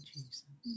Jesus